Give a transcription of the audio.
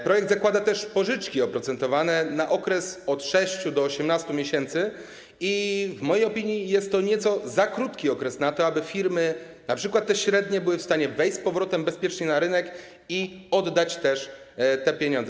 Projekt zakłada też pożyczki oprocentowane na okres od 6 do 18 miesięcy i w mojej opinii jest to nieco za krótki okres na to, aby firmy, np. te średnie, były w stanie wejść z powrotem bezpiecznie na rynek i oddać te pieniądze.